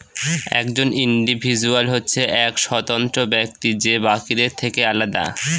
একজন ইন্ডিভিজুয়াল হচ্ছে এক স্বতন্ত্র ব্যক্তি যে বাকিদের থেকে আলাদা